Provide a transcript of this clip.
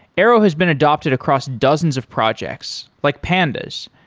arrow has been adopted across dozens of projects like pandas.